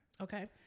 okay